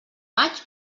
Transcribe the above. maig